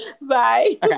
bye